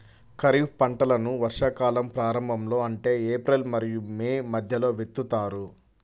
ఖరీఫ్ పంటలను వర్షాకాలం ప్రారంభంలో అంటే ఏప్రిల్ మరియు మే మధ్యలో విత్తుతారు